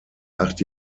acht